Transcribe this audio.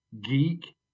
geek